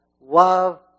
love